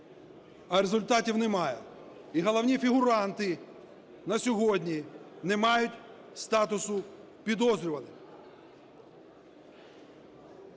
а результатів немає. І головні фігуранти на сьогодні не мають статусу підозрюваних.